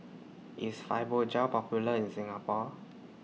IS Fibogel Popular in Singapore